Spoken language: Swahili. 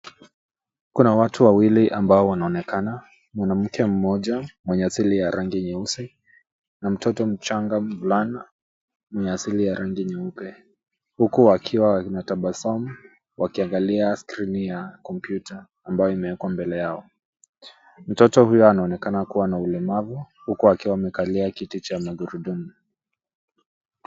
Kuna watu wawili ambao wanaonekana, mwanamke mmoja mwenye asili ya rangi nyeusi na mtoto mchanga mvulana mwenye asili ya rangi nyeupe huku wakiwa wanatabasamu wakiangalia skrini ya kompyuta ambayo imewekwa mbele yao. Mtoto huyu anaonekana kuwa na ulemavu huku akiwa amekalia kiti cha magurudumu.